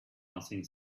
nothing